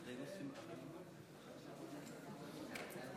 מזמין את השר יריב לוין לברך את חברת הכנסת החדשה מאי גולן,